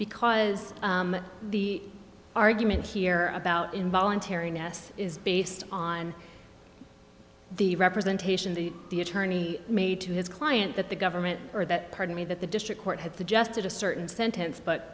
because the argument here about involuntary ness is based on the representation the the attorney made to his client that the government or that pardon me that the district court had suggested a certain sentence but